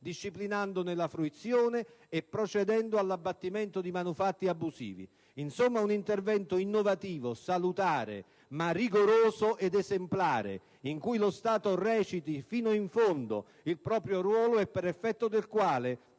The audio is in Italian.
disciplinandone la fruizione e procedendo all'abbattimento di manufatti abusivi. Insomma, un intervento innovativo e salutare, ma rigoroso ed esemplare, in cui lo Stato reciti fino in fondo il proprio ruolo e per effetto del quale